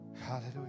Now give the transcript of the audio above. Hallelujah